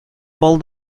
бал